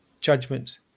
judgment